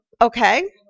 okay